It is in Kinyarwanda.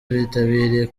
bitabiriye